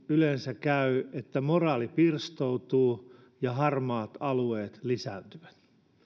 yleensä käy niin että moraali pirstoutuu ja harmaat alueet lisääntyvät